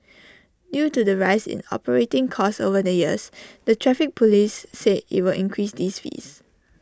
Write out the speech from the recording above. due to the rise in operating costs over the years the traffic Police said IT will increase these fees